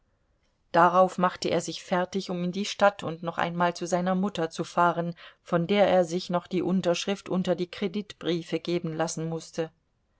darauf machte er sich fertig um in die stadt und noch einmal zu seiner mutter zu fahren von der er sich noch die unterschrift unter die kreditbriefe geben lassen mußte